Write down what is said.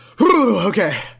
Okay